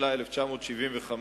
התשל"ה 1975,